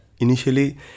initially